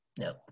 no